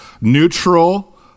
Neutral